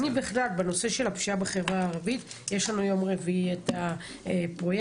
בנושא הפשיעה בחברה הערבית ביום רביעי מגיע לכאן הפרויקטור,